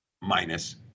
minus